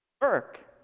work